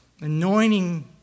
anointing